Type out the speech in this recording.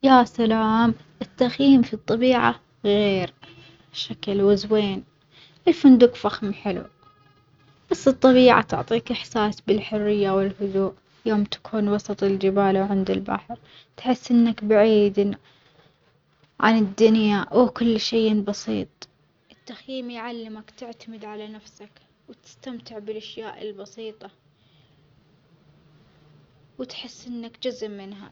يا سلاام، التغيير في الطبيعة غير شكل وزوين، الفندج فخم حلو بس الطبيعة تعطيك إحساس بالحرية والهدوء يوم تكون وسط الجبال وعند البحر تحس إنك بعييد عن الدنيا وكل شي بسيط، التخييم يعلمك تعتمد على نفسك وتستمتع بالأشياء البسيطة وتحس إنك جزء منها.